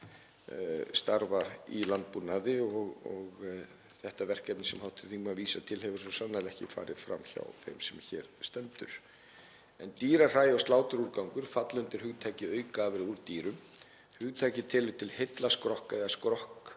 starfa í landbúnaði og þetta verkefni sem hv. þingmaður vísar til hefur svo sannarlega ekki farið fram hjá þeim sem hér stendur. Dýrahræ og sláturúrgangur falla undir hugtakið aukaafurðir úr dýrum. Hugtakið tekur til heilla skrokka eða skrokkhluta